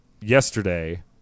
yesterday